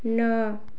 ନଅ